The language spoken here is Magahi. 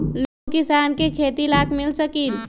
लोन किसान के खेती लाख मिल सकील?